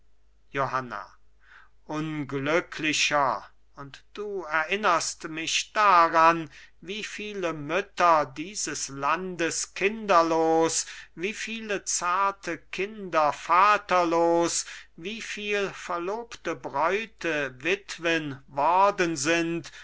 johanna unglücklicher und du erinnerst mich daran wie viele mütter dieses landes kinderlos wie viele zarte kinder vaterlos wie viel verlobte bräute witwen worden sind